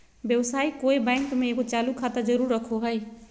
व्यवसायी कोय बैंक में एगो चालू खाता जरूर रखो हइ